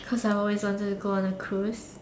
cause I always wanted to go on a Cruise